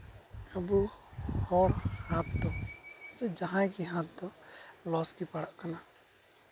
ᱟᱵᱚ ᱦᱚᱲ ᱦᱟᱛ ᱫᱚ ᱥᱮ ᱡᱟᱦᱟᱸᱭ ᱜᱮ ᱦᱟᱛ ᱫᱚ ᱞᱚᱥᱜᱮ ᱯᱟᱲᱟᱜ ᱠᱟᱱᱟ